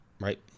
Right